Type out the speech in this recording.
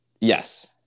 yes